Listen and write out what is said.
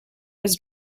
was